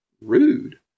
rude